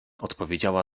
odpowiedziała